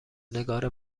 نگار